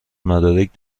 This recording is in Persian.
مدرک